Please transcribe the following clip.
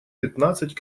пятнадцать